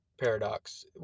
paradox